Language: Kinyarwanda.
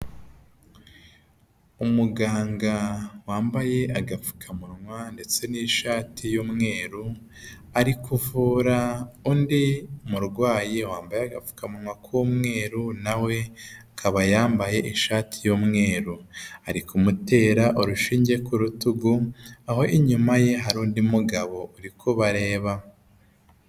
Umuganga wambaye agapfukamunwa ndetse n'ishati y'umweru ari kuvura undi murwayi wambaye agapfukamunwa k'umweru nawe akaba yambaye ishati y'umweru, ari kumutera urushinge ku rutugu aho inyuma ye hari undi mugabo uri kubareba.